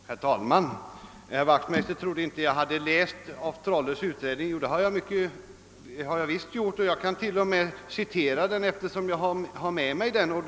Herr talman! Herr Wachtmeister trodde inte att jag hade läst af Trolles utredning. Det har jag visst gjort. Jag kan till och med citera den, eftersom jag har utredningen med mig.